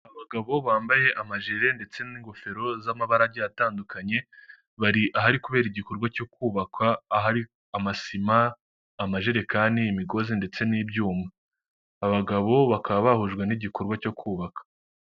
Abagabo bambaye amajeri ndetse n'ingofero z'amabarage agiye atandukanye bari ahari kubera igikorwa cyo kubakwa, ahari amasima, amajerekani, imigozi ndetse n'ibyuma, aba bagabo bakaba bahujwe n'igikorwa cyo kubaka.